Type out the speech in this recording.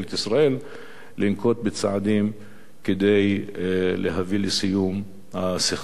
לנקוט צעדים כדי להביא לסיום הסכסוך הזה.